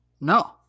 No